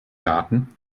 garten